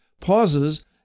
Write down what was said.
pauses